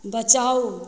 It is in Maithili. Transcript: बचाउ